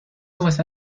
واست